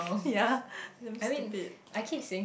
ya damn stupid